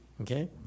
okay